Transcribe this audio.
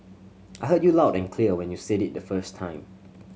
I heard you loud and clear when you said it the first time